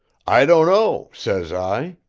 i don't know says i.